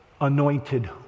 anointed